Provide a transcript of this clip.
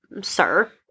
sir